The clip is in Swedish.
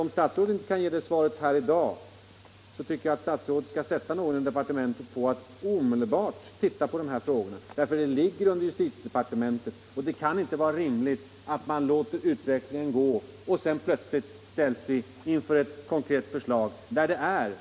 Om statsrådet inte kan ge det svaret här i dag, så tycker jag att statsrådet skall sätta någon inom departementet på att omedelbart titta på dessa frågor, eftersom de ligger under justitiedepartementet. Det kan inte vara rimligt att man låter utvecklingen gå och sedan plötsligt ställs inför ett konkret förslag.